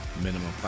Minimum